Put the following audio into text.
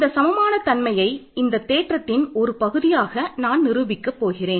இந்த சமமான தன்மையை இந்த தேற்றத்தின் ஒருபகுதியாக நான் நிரூபிக்கப் போகிறேன்